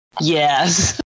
Yes